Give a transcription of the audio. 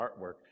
artwork